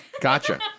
Gotcha